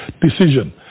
decision